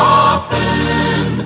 often